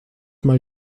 mal